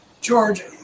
George